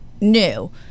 new